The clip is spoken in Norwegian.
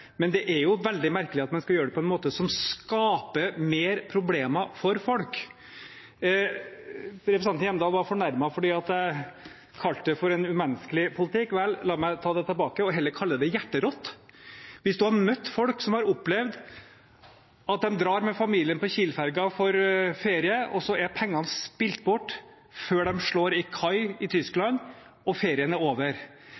men det er veldig merkelig at man skal gjøre det på en måte som skaper mer problemer for folk. Representanten Hjemdal var fornærmet fordi jeg kalte det en umenneskelig politikk. Vel, la meg ta det tilbake og heller kalle det hjerterått. Hvis man har møtt folk som har opplevd at de drar med familien på Kiel-fergen for ferie, og så er pengene spilt bort før de legger til kai i